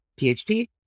PHP